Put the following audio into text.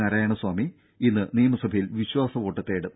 നാരായണസ്വാമി ഇന്ന് നിയമസഭയിൽ വിശ്വാസവോട്ട് തേടും